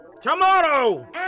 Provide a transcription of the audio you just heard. tomorrow